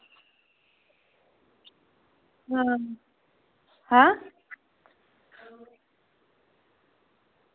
आं ऐं